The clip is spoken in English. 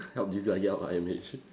help this lah I_M_H